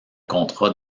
contrat